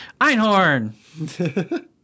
Einhorn